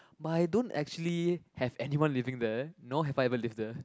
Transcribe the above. but I don't actually have anyone living there nor have I ever lived there